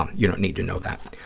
um you don't need to know that.